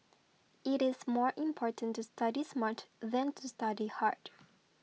it is more important to study smart than to study hard